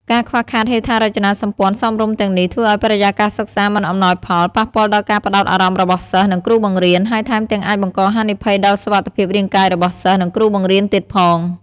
ការខ្វះខាតហេដ្ឋារចនាសម្ព័ន្ធសមរម្យទាំងនេះ ធ្វើឱ្យបរិយាកាសសិក្សាមិនអំណោយផល ប៉ះពាល់ដល់ការផ្តោតអារម្មណ៍របស់សិស្ស និងគ្រូបង្រៀន ហើយថែមទាំងអាចបង្កហានិភ័យដល់សុវត្ថិភាពរាងកាយរបស់សិស្ស និងគ្រូបង្រៀនទៀតផង។